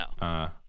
No